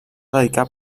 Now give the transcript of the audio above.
dedicar